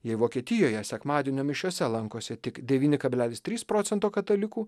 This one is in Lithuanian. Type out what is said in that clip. jei vokietijoje sekmadienio mišiose lankosi tik devyni kablelis trys procento katalikų